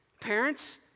Parents